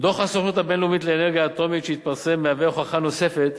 דוח הסוכנות הבין-לאומית לאנרגיה אטומית שהתפרסם מהווה הוכחה נוספת,